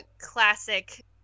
classic